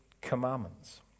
commandments